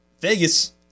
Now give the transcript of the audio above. Vegas